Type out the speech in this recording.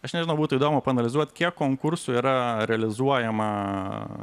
aš nežinau būtų įdomu paanalizuoti kiek konkursų yra realizuojama